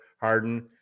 Harden